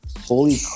Holy